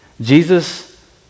Jesus